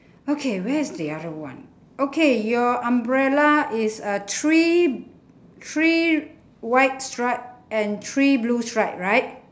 okay where's the other one okay your umbrella is uh three three white stripe and three blue stripe right